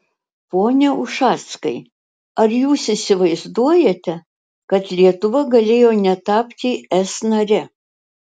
pone ušackai ar jūs įsivaizduojate kad lietuva galėjo netapti es nare